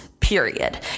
period